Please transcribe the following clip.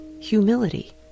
humility